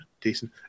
Decent